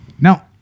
Now